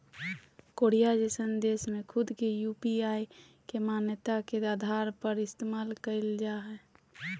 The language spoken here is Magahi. कोरिया जइसन देश में खुद के यू.पी.आई के मान्यता के आधार पर इस्तेमाल कईल जा हइ